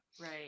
right